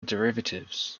derivatives